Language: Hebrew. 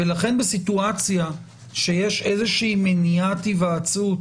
לכן במצב שיש מניעת היוועצות